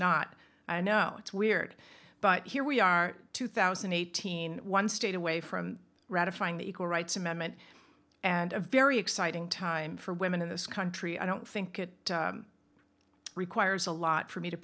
not i know it's weird but here we are two thousand and eighteen one state away from ratifying the equal rights amendment and a very exciting time for women in this country i don't think it requires a lot for me to